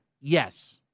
Yes